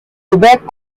quebec